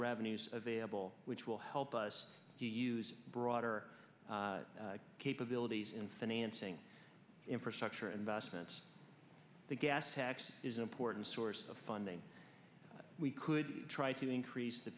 revenues available which will help us to use broader capabilities in financing infrastructure investments the gas tax is an important source of funding we could try to increase the